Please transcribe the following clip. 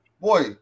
boy